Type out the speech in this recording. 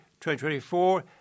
2024